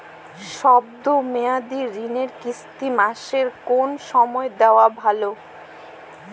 শব্দ মেয়াদি ঋণের কিস্তি মাসের কোন সময় দেওয়া ভালো?